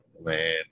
Man